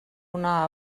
una